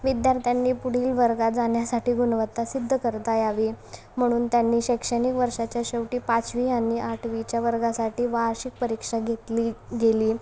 विद्यार्थ्यांनी पुढील वर्गात जाण्यासाठी गुणवत्ता सिद्ध करता यावी म्हणून त्यांनी शैक्षणिक वर्षाच्या शेवटी पाचवी आणि आठवीच्या वर्गासाठी वार्षिक परीक्षा घेतली गेली